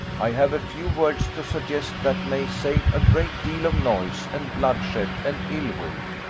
i have a few words to suggest that may save a great deal of noise, and bloodshed, and ill-will